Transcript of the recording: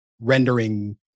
rendering